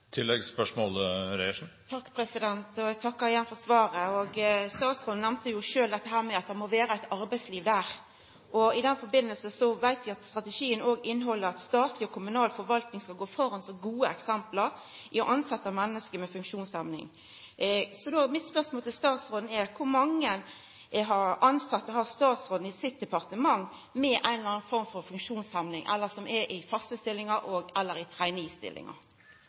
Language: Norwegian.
Eg takkar igjen for svaret. Statsråden nemnde sjølv at det må vera eit arbeidsliv der. I den samanhengen veit vi at strategien òg inneheld at statleg og kommunal forvalting skal gå føre med gode eksempel og tilsetja menneske med funksjonshemming. Mitt spørsmål til statsråden er: Kor mange tilsette med ei eller anna form for funksjonshemming som er i faste stillingar og/eller i trainee-stillingar, har statsråden i sitt departement? Jeg er helt enig i at det er viktig at staten går foran som et godt eksempel i